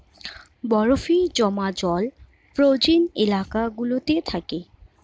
বরফে জমা জল ফ্রোজেন এলাকা গুলোতে থাকে